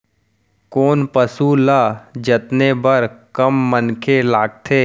कोन पसु ल जतने बर कम मनखे लागथे?